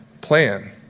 plan